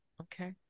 Okay